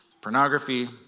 pornography